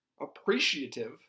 appreciative